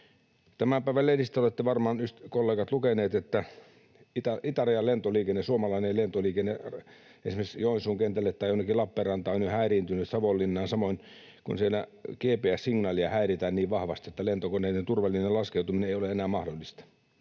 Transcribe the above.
Tämän päivän lehdistä olette varmaan, kollegat, lukeneet, että itärajan suomalainen lentoliikenne esimerkiksi Joensuun kentälle tai jonnekin Lappeenrantaan on jo häiriintynyt, Savonlinnaan samoin, kun siinä GPS-signaalia häiritään niin vahvasti, että lentokoneiden turvallinen laskeutuminen ei ole enää mahdollista